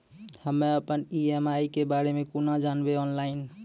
हम्मे अपन ई.एम.आई के बारे मे कूना जानबै, ऑनलाइन?